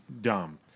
dumb